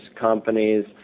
companies